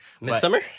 Midsummer